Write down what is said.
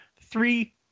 Three